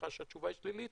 בהנחה שהתשובה היא שלילית,